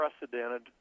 unprecedented